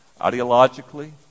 ideologically